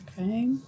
okay